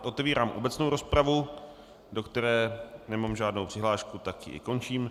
Otevírám obecnou rozpravu, do které nemám žádnou přihlášku, tak ji i končím.